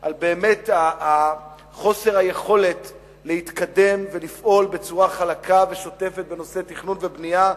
על חוסר היכולת להתקדם ולפעול בצורה חלקה ושוטפת בנושא התכנון והבנייה,